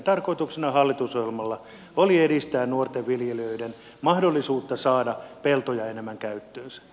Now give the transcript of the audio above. tarkoituksena hallitusohjelmalla oli edistää nuorten viljelijöiden mahdollisuutta saada peltoja enemmän käyttöönsä